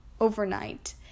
overnight